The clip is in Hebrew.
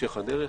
בהמשך הדרך.